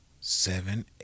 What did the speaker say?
Seven